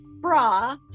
bra